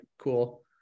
Cool